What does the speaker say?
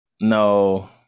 No